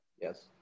Yes